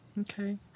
Okay